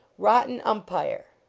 rotten umpire.